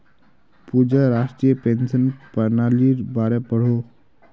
पूजा राष्ट्रीय पेंशन पर्नालिर बारे पढ़ोह